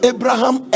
Abraham